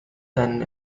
then